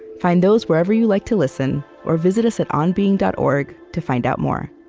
find those wherever you like to listen, or visit us at onbeing dot org to find out more